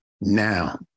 Now